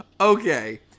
okay